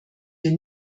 wir